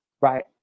right